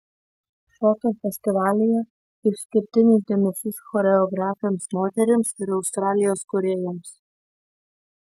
šokio festivalyje išskirtinis dėmesys choreografėms moterims ir australijos kūrėjams